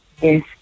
Yes